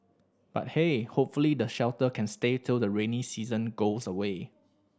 but hey hopefully the shelter can stay till the rainy season goes away